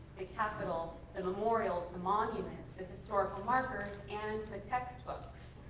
the capitol, the memorials, the monuments, the historical markers, and the text books.